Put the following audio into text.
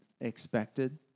expected